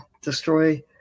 destroy